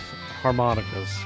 harmonicas